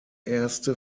erste